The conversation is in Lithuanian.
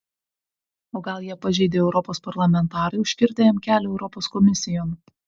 o gal ją pažeidė europos parlamentarai užkirtę jam kelią europos komisijon